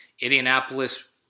Indianapolis